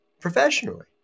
professionally